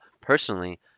personally